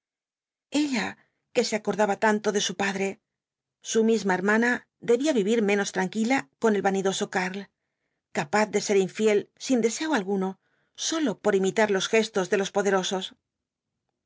ella que se acordaba tanto de su padre su misma hermana debía vivir menos tranquila con el vanidoso karl capaz de ser infiel sin deseo alguno sólo por imitar los gestos de los poderosos